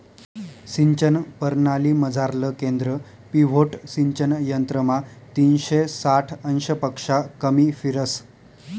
सिंचन परणालीमझारलं केंद्र पिव्होट सिंचन यंत्रमा तीनशे साठ अंशपक्शा कमी फिरस